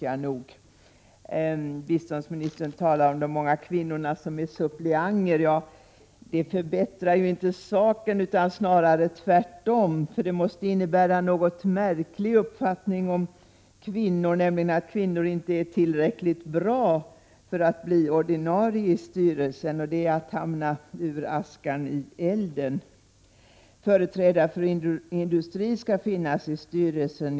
Biståndsministern talar om de många kvinnorna som är suppleanter. Det förbättrar inte saken, utan snarare tvärtom, för det måste innebära en något märklig uppfattning om kvinnor, nämligen att kvinnor inte är tillräckligt bra för att bli ordinarie i styrelsen. Det är att hamna ur askan i elden. Företrädare för industrin skall finnas i styrelsen.